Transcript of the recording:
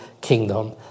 kingdom